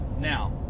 Now